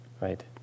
right